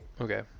Okay